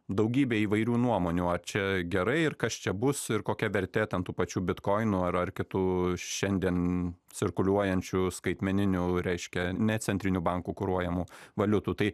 daugybė įvairių nuomonių a čia gerai ir kas čia bus ir kokia vertė ten tų pačių bitkoinų ar ar kitų šiandien cirkuliuojančių skaitmeninių reiškia ne centrinių bankų kuruojamų valiutų tai